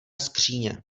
skříně